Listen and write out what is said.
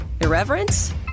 Irreverence